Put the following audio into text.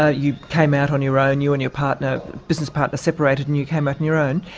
ah you came out on your own you and your partner, business partner, separated and you came out on your own.